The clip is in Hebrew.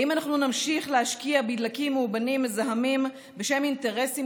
האם אנחנו נמשיך להשקיע בדלקים מאובנים מזהמים בשם אינטרסים